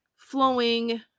flowing